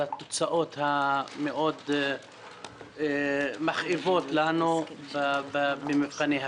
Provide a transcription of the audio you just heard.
התוצאות המאוד מכאיבות לנו במבחני הפיזה.